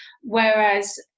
whereas